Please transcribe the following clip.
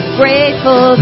grateful